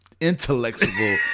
intellectual